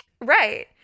Right